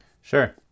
Sure